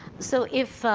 so if